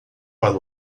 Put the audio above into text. para